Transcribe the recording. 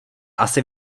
asi